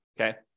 okay